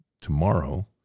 tomorrow